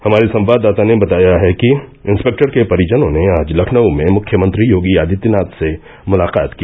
हमारे संवाददाता ने बताया है कि इंस्पेक्टर के परिजनों ने आज लखनऊ में मुख्यमंत्री योगी आदित्यनाथ से मुलाकात की